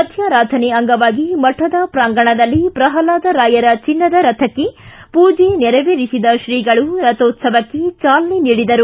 ಮಧ್ಯಾರಾಧನೆ ಅಂಗವಾಗಿ ಮಠದ ಪ್ರಾಂಗಣದಲ್ಲಿ ಪ್ರಹ್ಲಾದ ರಾಯರ ಚಿನ್ನದ ರಥಕ್ಕೆ ಪೂಜೆ ನೆರವೇರಿಸಿದ ಶ್ರೀಗಳು ರಥೋತ್ಸವಕ್ಕೆ ಚಾಲನೆ ನೀಡಿದರು